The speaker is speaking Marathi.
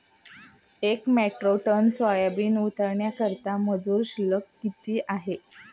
एक मेट्रिक टन सोयाबीन उतरवण्याकरता मजूर शुल्क किती आहे?